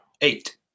Eight